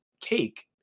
cake